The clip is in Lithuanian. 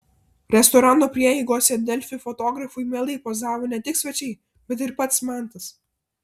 restorano prieigose delfi fotografui mielai pozavo ne tik svečiai bet ir pats mantas